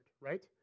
right